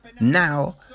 Now